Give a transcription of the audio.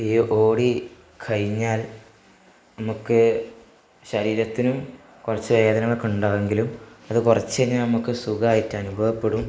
ഈ ഓടിക്കഴിഞ്ഞാൽ നമുക്ക് ശരീരത്തിനും കുറച്ച് വേദനകളൊക്കെ ഉണ്ടാവുമെങ്കിലും അത് കുറച്ചുകഴിഞ്ഞാല് നമുക്ക് സുഖമായിട്ട് അനുഭവപ്പെടും